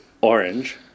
orange